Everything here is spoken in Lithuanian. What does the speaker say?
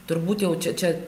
turbūt jau čia čia